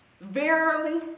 Verily